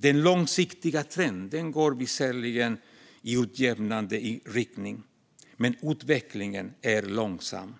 Den långsiktiga trenden går visserligen i utjämnande riktning, men utvecklingen är långsam.